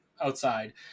outside